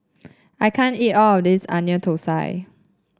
I can't eat all of this Onion Thosai